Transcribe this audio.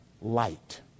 light